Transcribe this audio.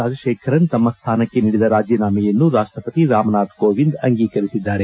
ರಾಜಕೇಖರನ್ ತಮ್ಮ ಸ್ಥಾನಕ್ಕೆ ನೀಡಿದ ರಾಜೀನಾಮೆಯನ್ನು ರಾಷ್ಟಪತಿ ರಾಮನಾಥ್ ಕೋವಿಂದ್ ಅಂಗೀಕರಿಸಿದ್ದಾರೆ